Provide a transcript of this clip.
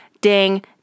ding